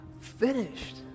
finished